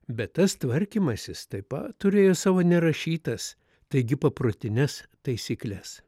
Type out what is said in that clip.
bet tas tvarkymasis taip pat turėjo savo nerašytas taigi paprotines taisykles